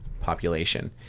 population